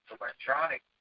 electronic